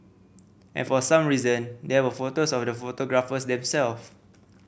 and for some reason there were photos of the photographers themselves